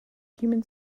human